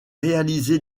réalisé